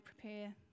prepare